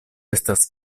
estas